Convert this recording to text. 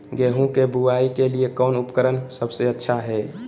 गेहूं के बुआई के लिए कौन उपकरण सबसे अच्छा है?